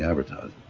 advertising.